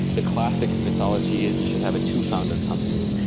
the classic mythology is you should have a two founder company,